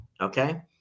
Okay